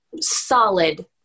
solid